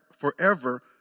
forever